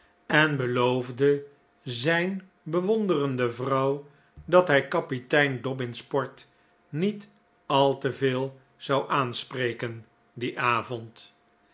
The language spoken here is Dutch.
en beloofde zijn bewonderende vrouw dat hij kapitein dobbin's port niet al te veel zou aanspreken dien avond